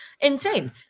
Insane